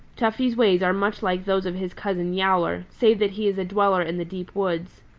tufty's ways are much like those of his cousin, yowler, save that he is a dweller in the deep woods.